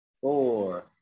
four